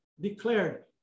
declared